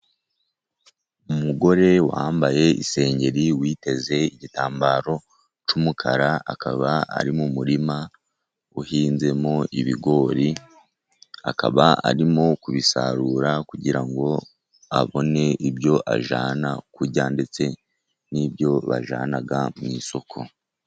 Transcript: Umugore wambaye isengeri, witeze igitambaro cy'umukara, akaba ari mu murima uhinzemo ibigori, akaba arimo kubisarura, kugira ngo abone ibyo ajyana kurya, ndetse n'ibyo bajyana mu isoko.